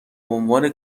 عنوان